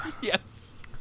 Yes